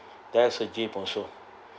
there's a gym also